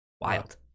Wild